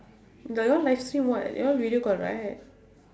that one live stream what you all video call right